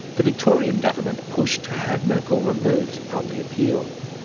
the victorian government pushed to have merkel removed from the appeal.